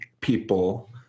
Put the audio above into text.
people